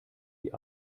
die